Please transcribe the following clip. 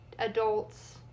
adults